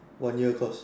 one year course